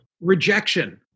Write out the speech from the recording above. Rejection